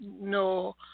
no